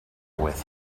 with